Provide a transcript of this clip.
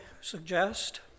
suggest